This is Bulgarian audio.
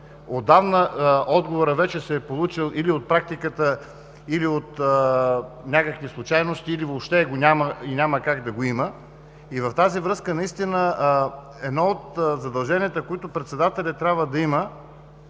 отдавна отговорът се е получил или от практиката, или от някакви случайности, или въобще го няма и няма как да го има. В тази връзка наистина едно от задълженията, които председателят трябва да има,